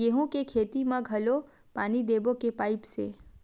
गेहूं के खेती म घोला पानी देबो के पाइप से?